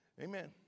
Amen